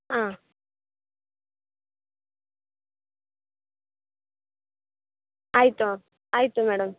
ಹಾಂ ಆಯಿತು ಮ್ಯಾಮ್ ಆಯಿತು ಮೇಡಮ್